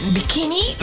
Bikini